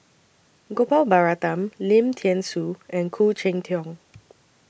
Gopal Baratham Lim Thean Soo and Khoo Cheng Tiong